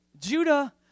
Judah